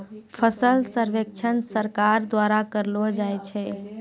फसल सर्वेक्षण सरकार द्वारा करैलो जाय छै